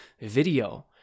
video